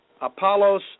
Apollos